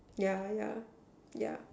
yeah yeah yeah